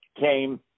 came